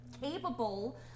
capable